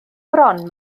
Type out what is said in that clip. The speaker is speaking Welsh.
bron